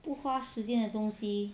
不花时间的东西